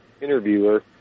interviewer